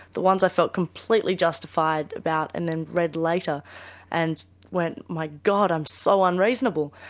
the ones i felt completely justified about and then read later and went my god, i'm so unreasonable.